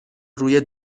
روی